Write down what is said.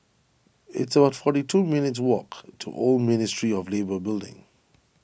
it's about forty two minutes' walk to Old Ministry of Labour Building